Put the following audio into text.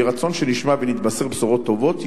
יהי רצון שנשמע ונתבשר בשורות טובות,